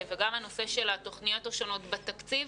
וגם הנושא של התוכניות השונות בתקציב,